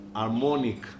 harmonic